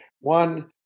one